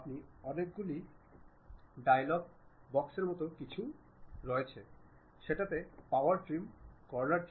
আপনি যখন সামনের অংশটি সরিয়ে ফেলছেন সেক্শনাল ভিউসগুলি এভাবে কাজ করে